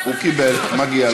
הוא קיבל, מגיעות לו עשר דקות.